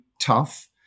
tough